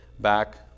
back